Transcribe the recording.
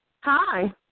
Hi